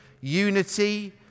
unity